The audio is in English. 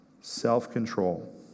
self-control